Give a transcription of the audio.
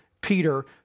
Peter